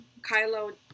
kylo